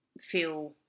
feel